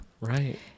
Right